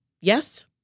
Yes